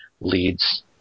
leads